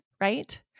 right